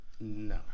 No